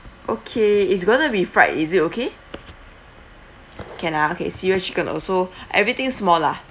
okay it's going to be fried is it okay can ah okay cereal chicken also everything small lah